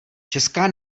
česká